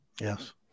Yes